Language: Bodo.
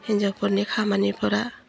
हिनजावफोरनि खामानिफोरा